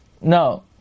no